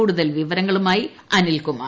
കൂടുതൽ വിവരങ്ങളുമായി അനിൽകുമാർ